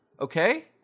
okay